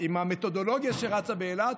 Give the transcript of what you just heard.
עם המתודולוגיה שרצה באילת,